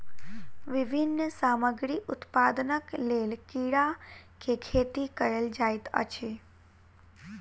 विभिन्न सामग्री उत्पादनक लेल कीड़ा के खेती कयल जाइत अछि